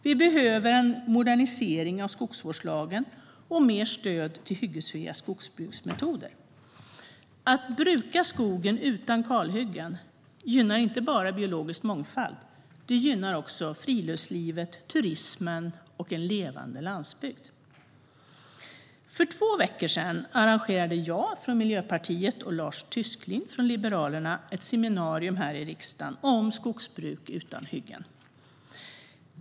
Vi behöver en modernisering av skogsvårdslagen och mer stöd till hyggesfria skogsbruksmetoder. Att bruka skogen utan kalhyggen gynnar inte bara biologisk mångfald. Det gynnar också friluftslivet, turismen och en levande landsbygd. För två veckor sedan arrangerade jag från Miljöpartiet och Lars Tysklind från Liberalerna ett seminarium här i riksdagen om skogsbruk utan hyggen.